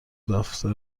دفتر